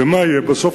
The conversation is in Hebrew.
ומה יהיה בסוף?